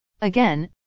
Again